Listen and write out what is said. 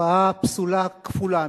בתופעה פסולה כפולה,